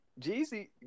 Jeezy